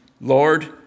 Lord